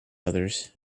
others